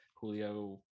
julio